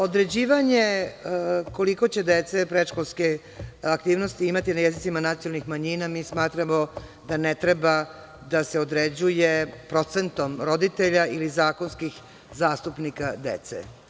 Određivanje koliko će dece predškolske aktivnosti imati na jezicima nacionalnih manjina mi smatramo da ne treba da se određuje procentom roditelja i zakonskih zastupnika dece.